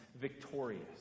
victorious